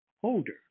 holder